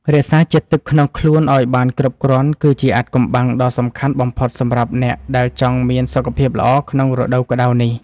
រក្សាជាតិទឹកក្នុងខ្លួនឱ្យបានគ្រប់គ្រាន់គឺជាអាថ៌កំបាំងដ៏សំខាន់បំផុតសម្រាប់អ្នកដែលចង់មានសុខភាពល្អក្នុងរដូវក្តៅនេះ។